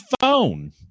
phone